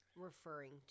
referring